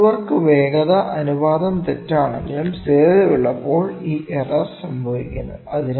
tool work വേഗത അനുപാതം തെറ്റാണെങ്കിലും സ്ഥിരതയുള്ളപ്പോൾ ഈ എറർ സംഭവിക്കുന്നു